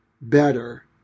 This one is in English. better